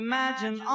Imagine